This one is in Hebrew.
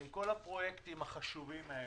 עם כל הפרויקטים החשובים האלה,